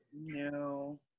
No